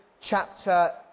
chapter